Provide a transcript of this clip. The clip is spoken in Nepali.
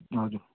हजुर